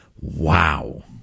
Wow